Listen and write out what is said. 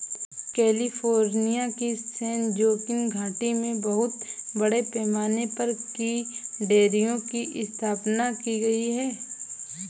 California की San Joaquin घाटी में बहुत बड़े पैमाने पर कई डेयरियों की स्थापना की गई है